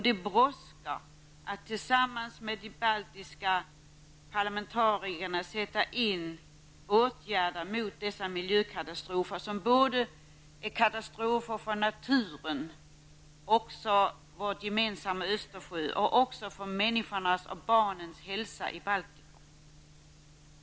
Det brådskar att tillsammans med de baltiska parlamentarikerna sätta in åtgärder mot dessa miljökatastrofer. Dessa katastrofer hotar både naturen, vår gemensamma Östersjö och människors och barns hälsa i Baltikum.